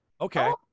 Okay